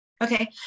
Okay